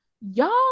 y'all